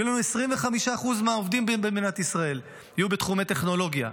25% מהעובדים במדינת ישראל יהיו בתחום הטכנולוגיה.